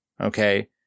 Okay